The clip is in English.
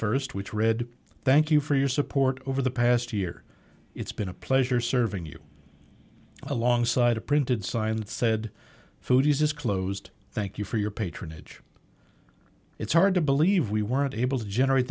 first which read thank you for your support over the past year it's been a pleasure serving you alongside a printed sign that said food is closed thank you for your patronage it's hard to believe we weren't able to generate